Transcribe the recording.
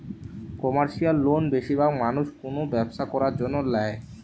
commercial loan বেশিরভাগ মানুষ কোনো ব্যবসা করার জন্য ল্যায়